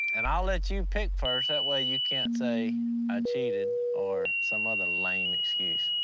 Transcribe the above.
and i'll let you pick first. that way, you can't say i cheated, or some other lame excuse.